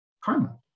karma